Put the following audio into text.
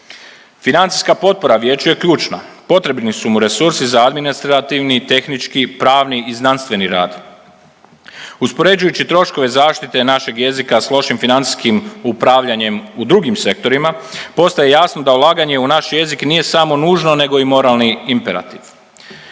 Financijska potpora vijeću je ključna. Potrebni su mu resursi za administrativni, tehnički, pravni i znanstveni rad. Uspoređujući troškove zaštite našeg jezika s lošim financijskim upravljanjem u drugim sektorima, postaje jasno da ulaganje u naš jezik nije samo nužno nego i moralni imperativ.